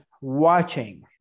watching